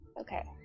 Okay